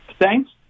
Thanks